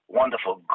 wonderful